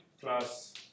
plus